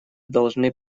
должны